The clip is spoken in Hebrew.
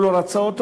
הוא לא רצה אותו,